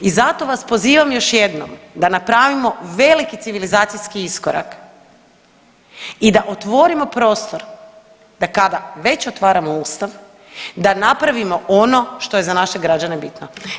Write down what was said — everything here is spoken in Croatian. I zato vas pozivam još jednom da napravimo veliki civilizacijski iskorak i da otvorimo prostor da kada već otvaramo Ustav da napravimo ono što je za naše građane bitno.